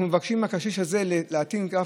אנחנו מבקשים מהקשיש הזה להטעין רב-קו,